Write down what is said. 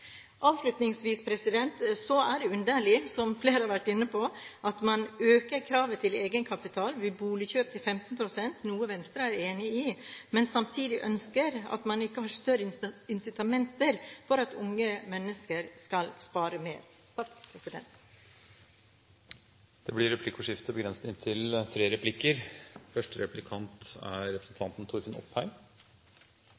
Det er underlig, som flere har vært inne på, at man øker kravet til egenkapital ved boligkjøp til 15 pst. – noe Venstre er enig i – men samtidig ikke ønsker større incitamenter for at unge mennesker skal spare mer. Det blir replikkordskifte.